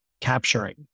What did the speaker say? capturing